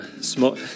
small